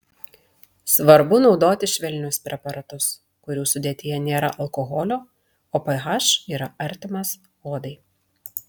svarbu naudoti švelnius preparatus kurių sudėtyje nėra alkoholio o ph yra artimas odai